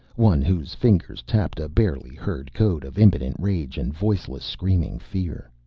one whose fingers tapped a barely heard code of impotent rage and voiceless screaming fear.